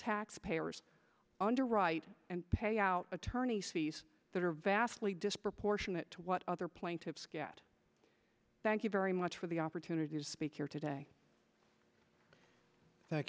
taxpayers underwrite and pay out attorney's fees that are vastly disproportionate to what other plaintiffs get thank you very much for the opportunity to speak here today